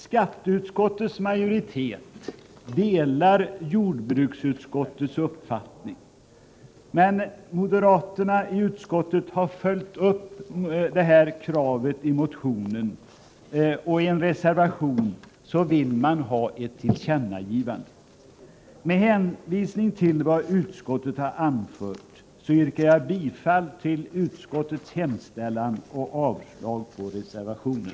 Skatteutskottets majoritet delar jordbruksutskottets uppfattning, men moderaterna i utskottet har följt upp kravet i motionen, och i en reservation begär man ett tillkännagivande. Med hänvisning till vad utskottet har anfört yrkar jag bifall till utskottets hemställan och avslag på reservationen.